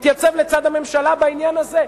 תתייצב לצד הממשלה בעניין הזה.